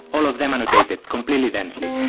all of them annotated, completely densely.